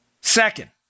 Second